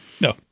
No